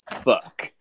Fuck